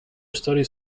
studies